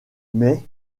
mais